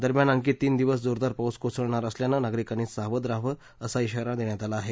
दरम्यान आणखी तीन दिवस जोरदार पाऊस कोसळणार असल्यानं नागरिकांनी सावध राहावं असा इशारा देण्यात आला आहे